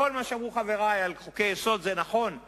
כל מה שאמרו חברי על חוקי-יסוד נכון,